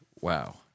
wow